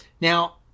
Now